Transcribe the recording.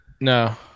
No